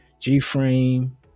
G-frame